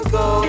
go